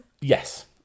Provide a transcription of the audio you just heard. Yes